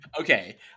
okay